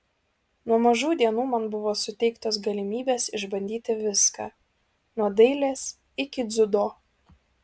nuo mažų dienų man buvo suteiktos galimybės išbandyti viską nuo dailės iki dziudo